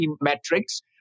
metrics